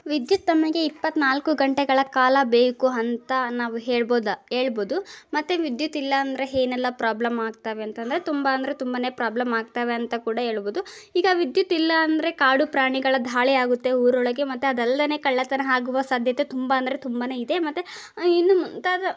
ವಿದ್ಯುತ್ ತಮಗೆ ಇಪ್ಪತ್ತ್ನಾಲ್ಕು ಗಂಟೆಗಳ ಕಾಲ ಬೇಕು ಅಂತ ನಾವು ಹೇಳ್ಬೋದು ಹೇಳ್ಬೋದು ಮತ್ತೆ ವಿದ್ಯುತ್ ಇಲ್ಲ ಅಂದರೆ ಏನೆಲ್ಲ ಪ್ರಾಬ್ಲಮ್ ಆಗ್ತವೆ ಅಂತ ಅಂದರೆ ತುಂಬ ಅಂದರೆ ತುಂಬಾ ಪ್ರಾಬ್ಲಮ್ ಆಗ್ತವೆ ಅಂತ ಕೂಡ ಹೇಳ್ಬೋದು ಈಗ ವಿದ್ಯುತ್ ಇಲ್ಲ ಅಂದರೆ ಕಾಡು ಪ್ರಾಣಿಗಳ ದಾಳಿಯಾಗುತ್ತೆ ಊರೊಳಗೆ ಮತ್ತೆ ಅದಲ್ದೆ ಕಳ್ಳತನ ಆಗುವ ಸಾಧ್ಯತೆ ತುಂಬ ಅಂದರೆ ತುಂಬಾ ಇದೆ ಮತ್ತೆ ಇನ್ನು ಮುಂತಾದ